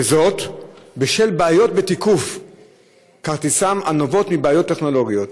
וזאת בשל בעיות בתיקוף כרטיסם הנובעות מבעיות טכנולוגיות.